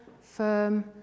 firm